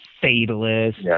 Fatalist